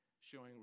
showing